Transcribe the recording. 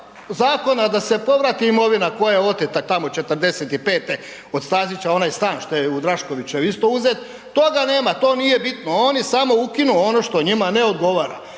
zakona da se povrati imovina koja je oteta tamo '45. od Stazića, onaj stan što je u Draškovićevoj isto uzet, toga nema, to nije bitno, oni samo ukinu ono što njima ne odgovora